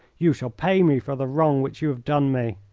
you shall pay me for the wrong which you have done me.